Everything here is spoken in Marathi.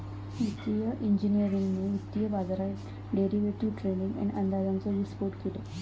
वित्तिय इंजिनियरिंगने वित्तीय बाजारात डेरिवेटीव ट्रेडींग आणि अंदाजाचो विस्फोट केलो